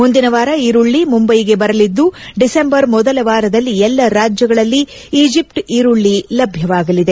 ಮುಂದಿನ ವಾರ ಈರುಳ್ಳಿ ಮುಂಬೈಗೆ ಬರಲಿದ್ದು ಡಿಸೆಂಬರ್ ಮೊದಲ ವಾರದಲ್ಲಿ ಎಲ್ಲ ರಾಜ್ಯಗಳಲ್ಲಿ ಈಜಿಪ್ಟ್ ಈರುಳ್ಳ ಲಭ್ಯವಾಗಲಿದೆ